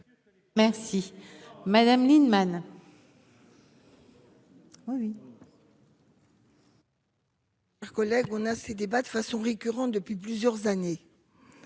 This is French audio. Merci Madame Lienemann.